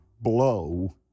blow